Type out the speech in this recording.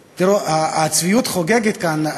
הצביעות חוגגת כאן.